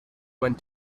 went